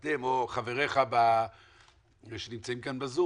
אתה או חבריך שנמצאים כאן בזום,